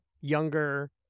younger